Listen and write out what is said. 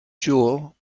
jewel